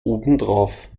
obendrauf